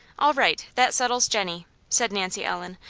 all right. that settles jennie! said nancy ellen.